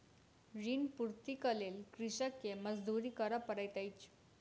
ऋण पूर्तीक लेल कृषक के मजदूरी करअ पड़ैत अछि